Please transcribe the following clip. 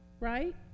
Right